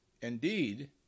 Indeed